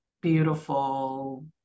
beautiful